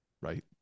right